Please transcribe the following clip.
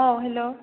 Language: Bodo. अ हेलौ